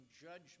judgment